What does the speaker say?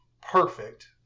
perfect